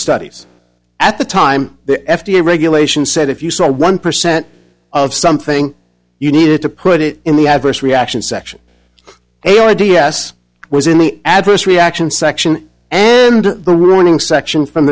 studies at the time the f d a regulations said if you saw one percent of something you needed to put it in the adverse reactions section a i d s was in the adverse reaction section and the ruining section from